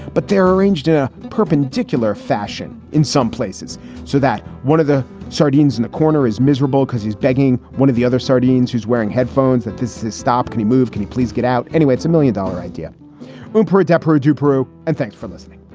but they're arranged a perpendicular fashion in some places so that one of the sardines in the corner is miserable because he's begging one of the other sardines who's wearing headphones at this this stop? can you move? can you please get out? anyway, it's a million dollar idea when per adepero joop. and thanks for listening